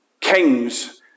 kings